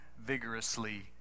vigorously